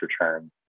return